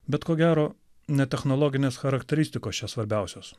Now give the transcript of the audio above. bet ko gero ne technologinės charakteristikos čia svarbiausios